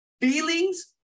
feelings